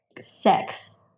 sex